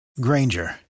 Granger